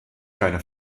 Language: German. keine